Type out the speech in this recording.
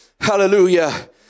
hallelujah